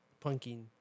punking